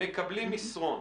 מקבלים מסרון,